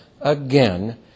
again